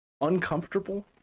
uncomfortable